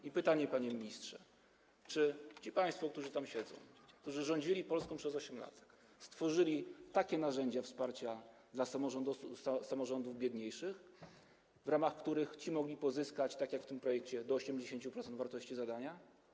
I pytanie, panie ministrze: Czy ci państwo, którzy tam siedzą, którzy rządzili Polską przez 8 lat, stworzyli takie narzędzia wsparcia dla samorządów biedniejszych, w ramach których te mogły pozyskać tak jak w tym projekcie do 80% wartości zadania?